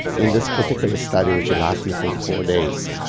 in this particular study, which ah lasted for four days,